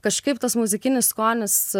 kažkaip tas muzikinis skonis